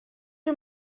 you